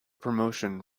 promotion